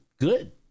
good